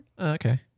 okay